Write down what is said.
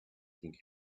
king